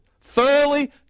thoroughly